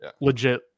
legit